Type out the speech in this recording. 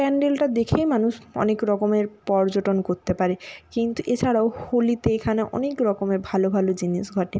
প্যান্ডেলটা দেখেই মানুষ অনেক রকমের পর্যটন করতে পারে কিন্তু এছাড়াও হোলিতে এখানে অনেক রকমের ভালো ভালো জিনিস ঘটে